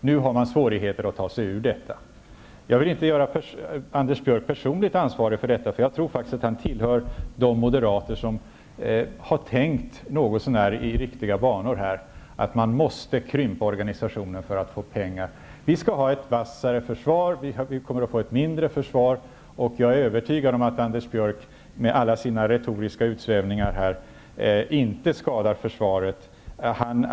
Nu har man svårigheter att ta sig ur detta. Jag vill inte göra Anders Björck personligen ansvarig för detta, därför att jag tror att han tillhör de moderater som har tänkt något så när i riktiga banor, att man måste krympa organisationen för att få pengar. Vi skall ha ett vassare försvar och ett mindre försvar. Jag är övertygad om att Anders Björck, med alla sina retoriska utsvävningar, inte skadar försvaret.